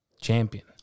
champion